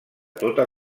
totes